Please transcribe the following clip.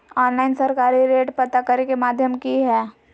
Online सरकारी rate पता करे के माध्यम की हय?